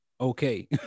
okay